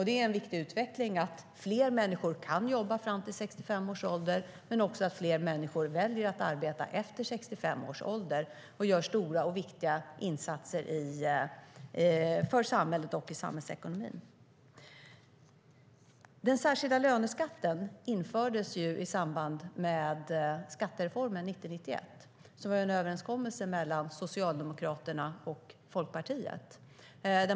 Det är en viktig utveckling att fler människor kan jobba fram till 65 års ålder men också att fler människor väljer att arbeta efter 65 och gör stora och viktiga insatser för samhället och i samhällsekonomin. Den särskilda löneskatten infördes i samband med skattereformen 1990-91, som var en överenskommelse mellan Socialdemokraterna och Folkpartiet.